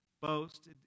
boast